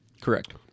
correct